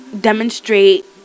demonstrate